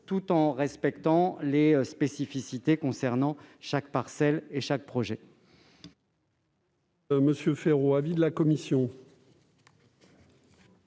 tout en respectant les spécificités qui concernent chaque parcelle et chaque projet.